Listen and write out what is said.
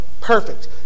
perfect